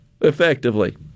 effectively